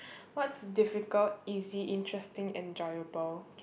what's difficult easy interesting enjoyable